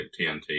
TNT